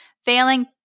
failing